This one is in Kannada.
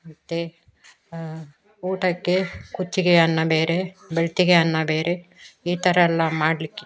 ಮತ್ತು ಊಟಕ್ಕೆ ಕುಚ್ಚಿಗೆ ಅನ್ನ ಬೇರೆ ಬೆಳ್ತಿಗೆ ಅನ್ನ ಬೇರೆ ಈ ಥರ ಎಲ್ಲ ಮಾಡಲಿಕ್ಕಿತ್ತು